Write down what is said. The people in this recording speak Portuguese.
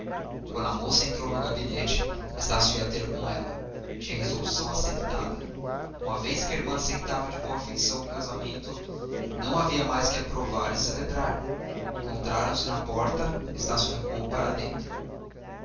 quando a moça entrou no gabinete estácio ia ter com ela tinha resolução assentada uma vez que a irmã aceitava de boa feição o casamento não havia mais que o aprovar e celebrar encontraram-se na porta estácio recuou para dentro